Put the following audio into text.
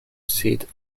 seed